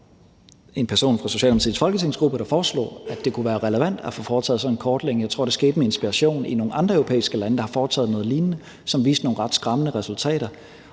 en person fra Socialdemokratiets folketingsgruppe, der foreslog, at det kunne være relevant at få foretaget sådan en kortlægning. Jeg tror, det skete med inspiration fra nogle andre europæiske lande, der har foretaget noget lignende, som viste nogle ret skræmmende resultater.